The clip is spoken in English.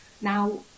Now